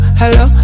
hello